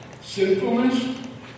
sinfulness